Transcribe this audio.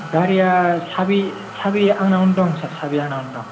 गारिया साबि साबि आंनावनो दं सार साबि आंनावनो दं